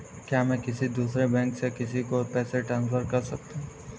क्या मैं किसी दूसरे बैंक से किसी को पैसे ट्रांसफर कर सकता हूँ?